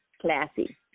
classy